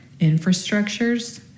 infrastructures